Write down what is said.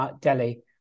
Delhi